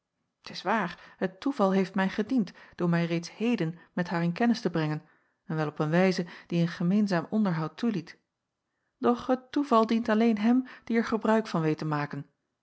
t is waar het toeval heeft mij gediend door mij reeds heden met haar in kennis te brengen en wel op een wijze die een gemeenzaam onderhoud toeliet doch het toeval dient alleen hem die er gebruik van weet te maken